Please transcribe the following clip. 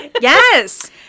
Yes